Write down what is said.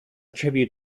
tribute